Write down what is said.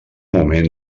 moment